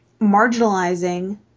marginalizing